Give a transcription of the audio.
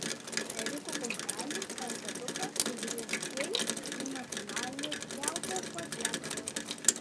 ėriuko kumpelis ar petukas su griežčiais jų nacionališkiausias patiekalas